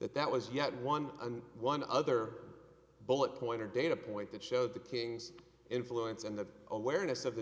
that that was yet one and one other bullet point or data point that showed the king's influence and the awareness of the